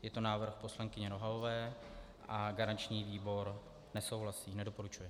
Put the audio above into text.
Je to návrh poslankyně Nohavové a garanční výbor nesouhlasí, nedoporučuje.